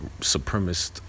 supremacist